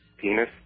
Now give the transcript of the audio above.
penis